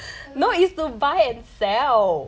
!walao!